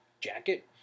jacket